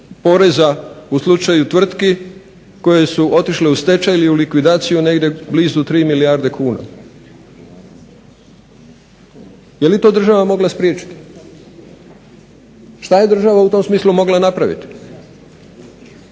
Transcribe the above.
poreza u slučaju tvrtki koje su otišle u stečaj ili u likvidaciju negdje blizu 3 milijarde kuna. Je li i to država mogla spriječiti? Šta je država u tom smislu mogla napraviti?